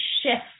shift